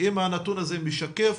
ואם הנתון הזה משקף,